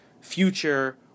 future